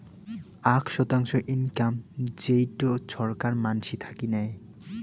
আক শতাংশ ইনকাম যেইটো ছরকার মানসি থাকি নেয়